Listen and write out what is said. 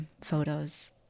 photos